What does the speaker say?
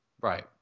Right